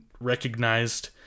recognized